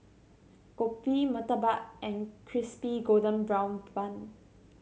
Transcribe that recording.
kopi murtabak and Crispy Golden Brown Bun